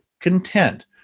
content